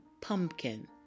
pumpkin